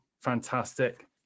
fantastic